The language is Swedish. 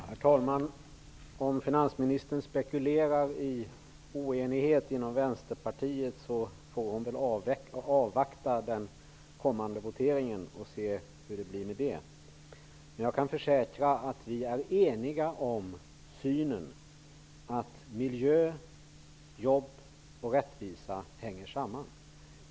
Herr talman! Om finansministern spekulerar i oenighet inom Vänsterpartiet får hon väl avvakta den kommande voteringen och se hur det blir med det. Jag kan försäkra att vi är eniga om att miljö, jobb och rättvisa hänger samman.